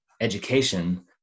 education